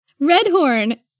Redhorn